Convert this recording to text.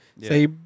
say